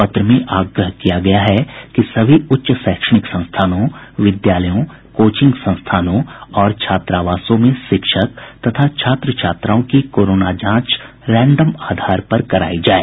पत्र में आग्रह किया गया है कि सभी उच्च शैक्षिक संस्थानों विद्यालयों कोचिंग संस्थानों और छात्रावासों में शिक्षक तथा छात्र छात्राओं की कोरोना जांच रैंडम आधार पर कराई जाए